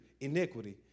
iniquity